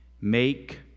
make